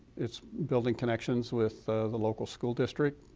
it's building connections with the local school district,